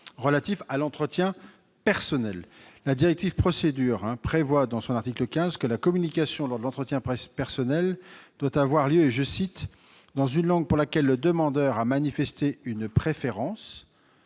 relatif à l'entretien personnel. La directive Procédures prévoit, dans son article 15, que la communication, lors de l'entretien personnel, doit avoir lieu « dans la langue pour laquelle le demandeur a manifesté une préférence